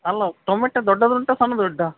ಅಲ್ಲ ಟೊಮೆಟೋ ದೊಡ್ಡದುಂಟ ಸಣ್ದು ಉಂಟಾ